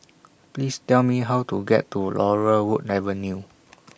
Please Tell Me How to get to Laurel Wood Avenue